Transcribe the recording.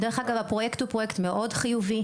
דרך אגב, הפרויקט הוא פרויקט מאוד חיובי.